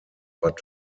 but